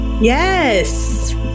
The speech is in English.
Yes